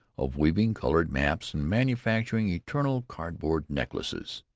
of weaving coloured maps and manufacturing eternal cardboard necklaces.